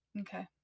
Okay